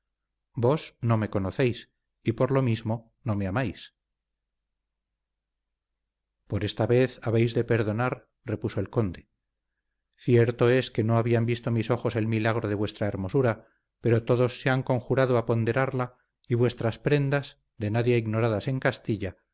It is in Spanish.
vos no me conocéis y por lo mismo no me amáis por esta vez habéis de perdonar repuso el conde cierto es que no habían visto mis ojos el milagro de vuestra hermosura pero todos se han conjurado a ponderarla y vuestras prendas de nadie ignoradas en castilla